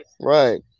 Right